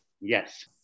Yes